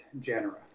genera